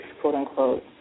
quote-unquote